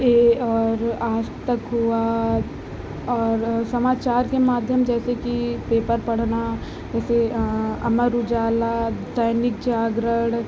ए और आज़ तक हुआ और समाचार के माध्यम जैसे कि पेपर पढ़ना जैसे अमर उजाला दैनिक जागरण